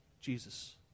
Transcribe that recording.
Jesus